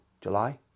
July